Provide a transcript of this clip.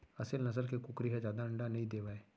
असेल नसल के कुकरी ह जादा अंडा नइ देवय